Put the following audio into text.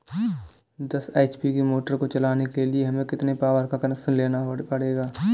दस एच.पी की मोटर को चलाने के लिए हमें कितने पावर का कनेक्शन लेना पड़ेगा?